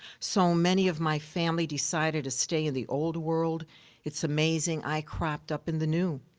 so many of my family decided to stay in the old world it's amazing i cropped up in the new.